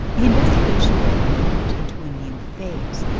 the investigation had moved into a new phase.